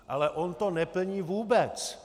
Ale on to neplní vůbec!